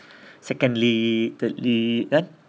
secondly thirdly kan